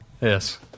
Yes